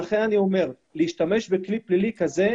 לכן אני אומר שלהשתמש בכלי פלילי כזה,